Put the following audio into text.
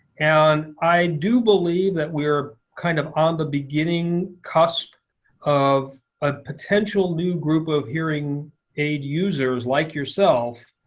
and i do believe that we are kind of on the beginning cusp of a potential new group of hearing aid users, like yourself,